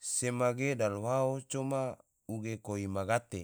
sema ge dalwaho coma uge koi ma gate